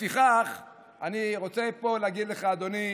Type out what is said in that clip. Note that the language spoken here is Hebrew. לפיכך אני רוצה להגיד לך, אדוני,